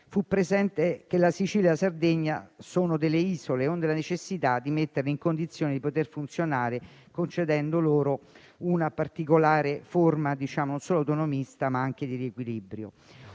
«Fa presente che la Sicilia e la Sardegna sono delle isole […] onde la necessità di metterle in condizioni di poter funzionare […] concedendo loro una particolare forma» non solo autonomista, ma anche di riequilibrio.